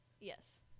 Yes